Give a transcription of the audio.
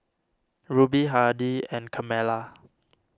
Ruby Hardy and Carmela